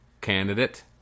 candidate